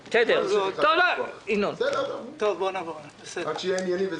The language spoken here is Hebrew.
בסדר, רק שיהיה ענייני.